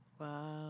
Wow